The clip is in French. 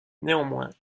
néanmoins